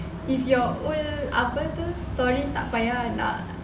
if your old apa tu story then tak payah ah